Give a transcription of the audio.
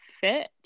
fit